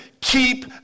Keep